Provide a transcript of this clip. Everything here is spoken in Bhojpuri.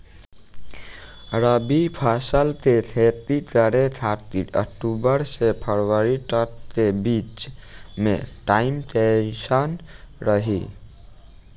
रबी फसल के खेती करे खातिर अक्तूबर से फरवरी तक के बीच मे टाइम कैसन रही?